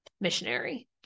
missionary